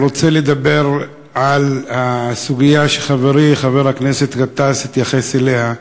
אני רוצה לדבר על הסוגיה שחברי חבר הכנסת גטאס התייחס אליה.